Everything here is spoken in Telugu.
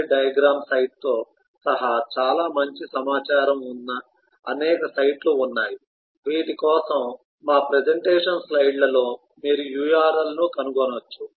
5 డయాగ్రమ్ సైట్తో సహా చాలా మంచి సమాచారం ఉన్న అనేక సైట్లు ఉన్నాయి వీటి కోసం మా ప్రెజెంటేషన్ స్లైడ్లలో మీరు URLను కనుగొనవచ్చు